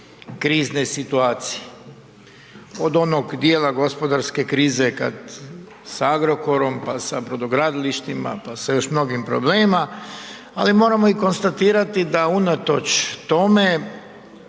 krizne situacije od onog dijela gospodarske krize sa Agrokorom pa sa brodogradilištima, pa sa još mnogim problemima, ali moramo konstatirati da unatoč tome